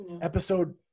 episode